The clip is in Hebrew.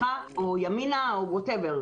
ימינה או ווטאבר,